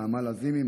נעמה לזימי,